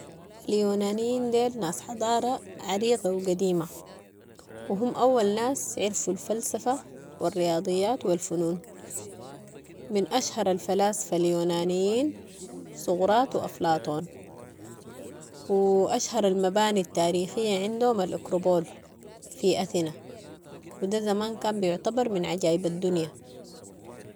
اليونانيين ديل ناس حضارة عريقة و قديمة و هم اول ناس عرفوا الفلسفة و الرياضيات و الفنون، من اشهر الفلاسفة اليونانيين سقراط و افلاطون و اشهر المباني التاريخية عندهم ال اكروبول في اثينا و ده زمان كان بيعتبر من عجائب الدنيا.